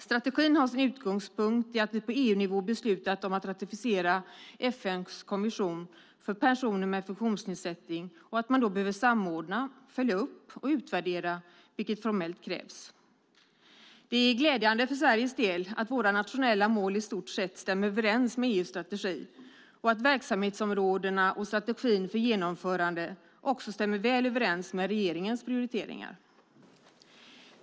Strategin har sin utgångspunkt i att vi på EU-nivå har beslutat att ratificera FN:s konvention för personer med funktionsnedsättning och att man då behöver samordna, följa upp och utvärdera, vilket formellt krävs. Det är glädjande för Sveriges del att våra nationella mål i stort stämmer överens med EU:s strategi och att verksamhetsområdena och strategin för genomförande också stämmer väl överens med regeringens prioriteringar.